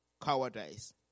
cowardice